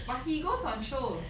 but he goes on shows